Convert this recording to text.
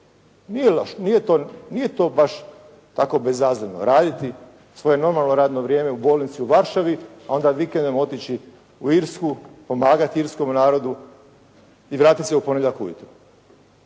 nije to baš tako bezazleno raditi svoje normalno radno vrijeme u bolnici u Varšavi, a onda vikendom otići u Irsku pomagati Irskom narodu i vratiti se u ponedjeljak